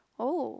oh